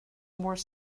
more